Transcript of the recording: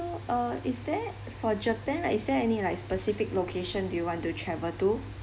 so uh is there for japan is there any like specific location do you want to travel to